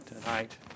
tonight